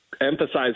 emphasize